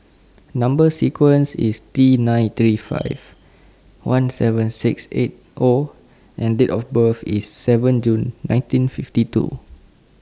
Number sequence IS T nine three five one seven six eight O and Date of birth IS seven June nineteen fifty two